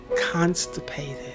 constipated